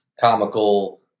comical